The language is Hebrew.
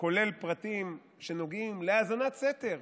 כולל פרטים שנוגעים להאזנת סתר